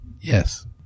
Yes